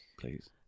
please